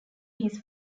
his